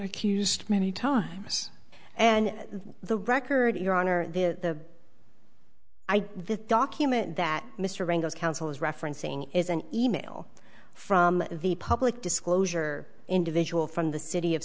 accused many times and the record your honor the this document that mr bangs counsel is referencing is an e mail from the public disclosure individual from the city of